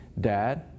Dad